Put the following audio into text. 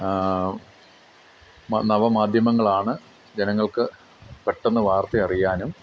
നവമാധ്യമങ്ങളാണ് ജനങ്ങൾക്ക് പെട്ടെന്ന് വാർത്ത അറിയാനും